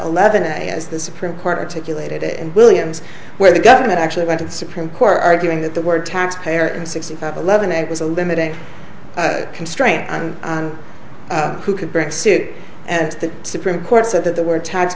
eleven and as the supreme court articulated it and williams where the government actually went to the supreme court arguing that the word taxpayer in sixty five eleven it was a limited constraint on who could bring suit and the supreme court said that there were tax